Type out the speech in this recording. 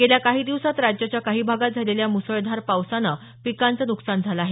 गेल्या काही दिवसांत राज्याच्या काही भागात झालेल्या मुसळधार पावसाने पिकांचं नुकसान झालं आहे